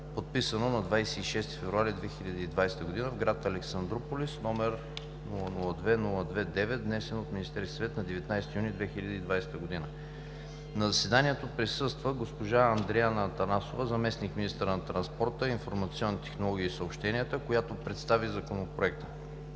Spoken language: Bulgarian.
подписано на 26 февруари 2020 г. в град Александруполис, № 002-02-9, внесен от Министерския съвет на 19 юни 2020 г. На заседанието присъства госпожа Андреана Атанасова – заместник-министър на транспорта, информационните технологии и съобщенията, която представи Законопроекта.